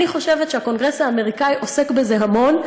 אני חושבת שהקונגרס האמריקאי עוסק בזה המון,